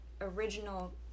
original